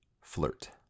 flirt